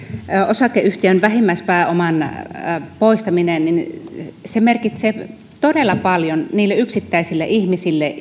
osakeyhtiön vähimmäispääoman poistaminen merkitsee todella paljon niille yksittäisille ihmisille